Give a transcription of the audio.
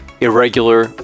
irregular